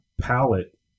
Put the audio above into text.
palette